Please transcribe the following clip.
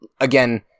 again